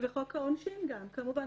וגם חוק העונשין, כמובן.